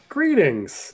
Greetings